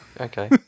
Okay